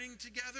together